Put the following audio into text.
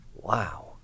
Wow